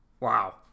Wow